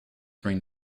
bring